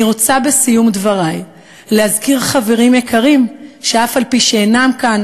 אני רוצה בסיום דברי להזכיר חברים יקרים שאף-על-פי שאינם כאן,